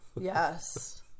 Yes